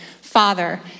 Father